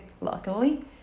luckily